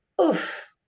oof